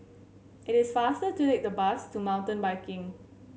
it is faster to take the bus to Mountain Biking